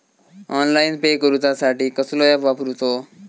Online pay करूचा साठी कसलो ऍप वापरूचो?